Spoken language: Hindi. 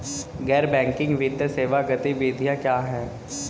गैर बैंकिंग वित्तीय सेवा गतिविधियाँ क्या हैं?